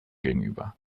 gegenüber